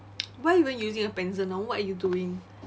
why are you even using a pencil now what are you doing